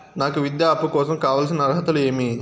నాకు విద్యా అప్పు కోసం కావాల్సిన అర్హతలు ఏమి?